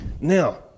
Now